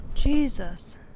Jesus